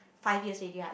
five years already right